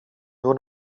nur